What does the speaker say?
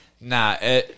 Nah